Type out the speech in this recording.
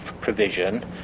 Provision